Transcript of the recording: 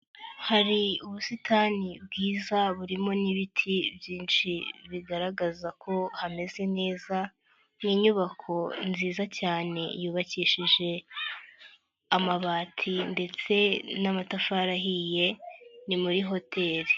Hari ubusitani bwiza burimo n'ibiti byinshi bigaragaza ko hameze neza, ni inyubako nziza cyane yubakishije amabati ndetse n'amatafari ahiye, ni muri hoteli.